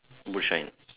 boot shine